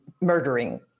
murdering